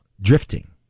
drifting